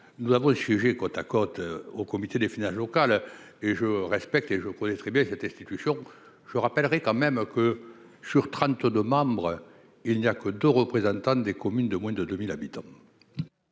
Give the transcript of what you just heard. nous avons siégé côte à côte au comité des finances locales et je respecte et je connais très bien cette institution, je rappellerai quand même que sur 32 membres, il n'y a que 2 représentants des communes de moins de 2000 habitants.